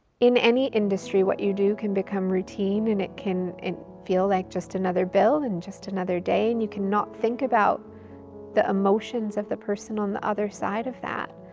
in any industry what you do can become routine and it can feel like just another bill and just another day and you cannot think about the emotions of the person on the other side of that.